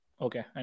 Okay